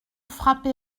frapper